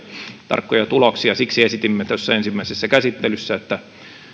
tarkkoja tuloksia siksi esitimme ensimmäisessä käsittelyssä että